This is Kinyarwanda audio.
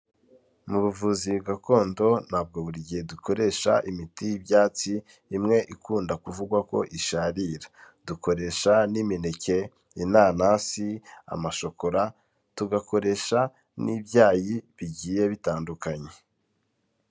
Mu buvuzi gakondo ntabwo buri gihe dukoresha imiti y'ibyatsi imwe ikunda kuvugwa ko isharira, dukoresha n'imineke, inanasi, amashokora, tugakoresha n'ibyayi bigiye bitandukanye.